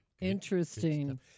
Interesting